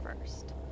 first